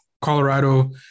Colorado